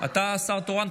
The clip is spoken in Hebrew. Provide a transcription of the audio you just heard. אתה השר התורן.